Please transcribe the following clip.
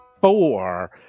four